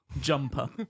Jumper